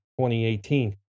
2018